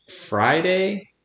Friday